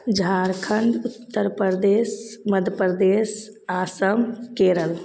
Jharkhand Uttar Pradesh Madhya Pradesh Assam Kerala